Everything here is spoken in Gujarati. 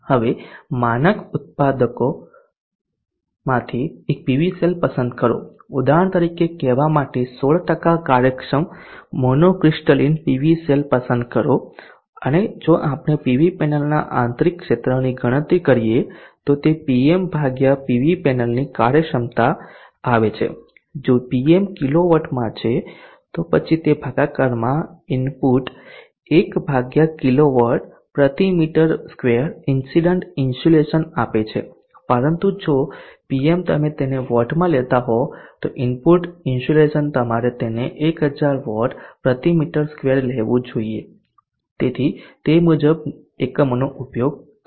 હવે માનક ઉત્પાદકોમાંથી એક પીવી સેલ પસંદ કરો ઉદાહરણ તરીકે કહેવા માટે 16 કાર્યક્ષમ મોનો ક્રિસ્ટલિન પીવી સેલ પસંદ કરો અને જો આપણે પીવી પેનલના આંતરિક ક્ષેત્રની ગણતરી કરીએ તો તે Pm ભાગ્યા પીવી પેનલની કાર્યક્ષમતા આવે છે જો Pm કિલોવોટમાં છે તો પછી તે ભાગાકારમાં ઇનપુટ 1 કિલોવોટ પ્રતિ મીટર સ્ક્વેર ઇન્સીડેન્ટ ઇન્સ્યુલેશન છે પરંતુ જો Pm તમે તેને વોટમાં લેતા હો તો ઇનપુટ ઇન્સ્યુલેશન તમારે તેને 1000 વોટ પ્રતિ મિટર સ્ક્વેર લેવું જોઈએ તેથી તે મુજબ એકમોનો ઉપયોગ કરો